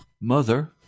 Mother